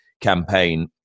campaign